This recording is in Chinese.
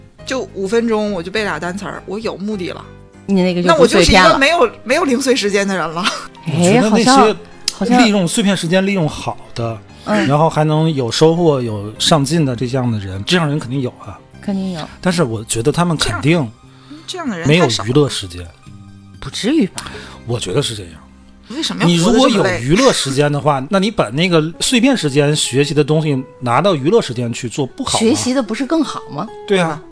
就五分钟我就背俩单词儿，我有目的了。你那个就那不我就碎是一片个了。没有- 没有零碎时间的人了。 我觉哎，得好那像-些好像-利用碎片时间利用好的，嗯。然后还能有收获、有上进的这样的人，这样人肯定有啊。肯定有。但是我觉得他们这样-肯定嗯，这样的人没太有少娱了。乐时间。不至于吧。我觉得是这样。为什么要你活得如果这么有累？娱乐时间的话， 那你把那个碎片时间学习的东西拿到娱乐时间去做不好吗？学习的不是更好吗？对啊。